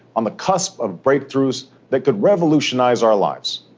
on the cusp of breakthroughs that could revolutionise our lives.